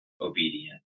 obedient